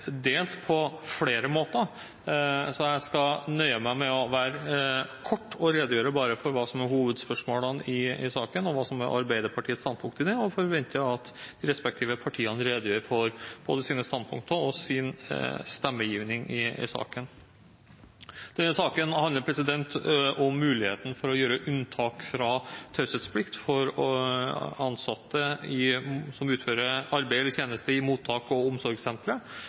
delt på flere måter, så jeg skal nøye meg med å være kort og redegjøre bare for hovedspørsmålene i saken og for Arbeiderpartiets standpunkt her. Jeg forventer at de respektive partiene redegjør for både sine standpunkter og sin stemmegivning i saken. Denne saken handler om mulighet til å gjøre unntak fra taushetsplikten for ansatte eller andre som utfører arbeid eller tjenester i mottak og omsorgssentre,